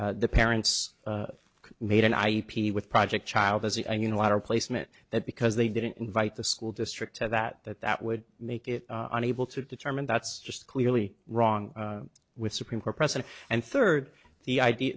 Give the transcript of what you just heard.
when the parents made an ip with project child as a unilateral placement that because they didn't invite the school district to that that that would make it on able to determine that's just clearly wrong with supreme court precedent and third the idea